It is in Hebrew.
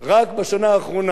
בסוף 2011,